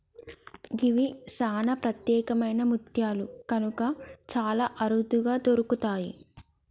గివి సానా ప్రత్యేకమైన ముత్యాలు కనుక చాలా అరుదుగా దొరుకుతయి